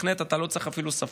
בתכנות אתה לא צריך אפילו שפה,